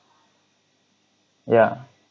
yeah